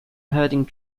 herding